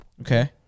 Okay